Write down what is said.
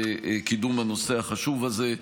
בקידום הנושא החשוב הזה.